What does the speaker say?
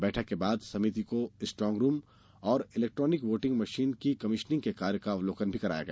बैठक के बाद समिति को स्ट्रांग रूम और इलेक्ट्रॉनिक वोटिंग मशीन की कमिशनिंग के कार्य का अवलोकन भी कराया गया